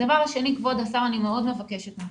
הדבר השני, כבוד השר, אני מאוד מבקשת ממך: